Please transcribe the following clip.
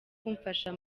kumfasha